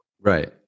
Right